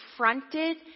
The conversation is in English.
confronted